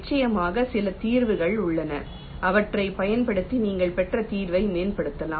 நிச்சயமாக சில தீர்வுகள் உள்ளன அவற்றைப் பயன்படுத்தி நீங்கள் பெற்ற தீர்வை மேம்படுத்தலாம்